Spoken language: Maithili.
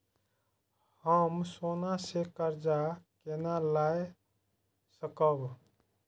हम सोना से कर्जा केना लाय सकब?